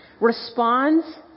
responds